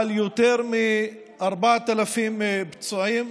על יותר מ-4,000 פצועים